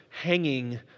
hanging